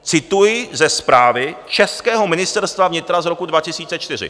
Cituji ze zprávy českého Ministerstva vnitra z roku 2004.